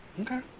Okay